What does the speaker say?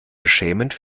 beschämend